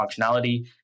functionality